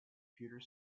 computer